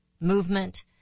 movement